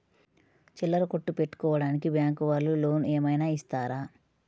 చిల్లర కొట్టు పెట్టుకోడానికి బ్యాంకు వాళ్ళు లోన్ ఏమైనా ఇస్తారా?